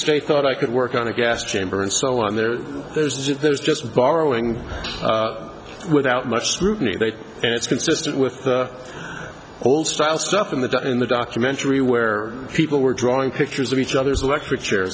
strait thought i could work on a gas chamber and so on there there's just there's just borrowing without much scrutiny that it's consistent with the old style stuff in the in the documentary where people were drawing pictures of each other's electric chair